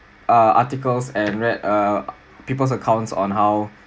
uh articles and read uh people's accounts on how